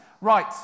Right